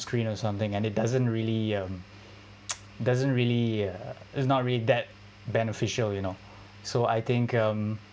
sunscreen or something and it doesn't really um doesn't really uh is not really that beneficial you know so I think um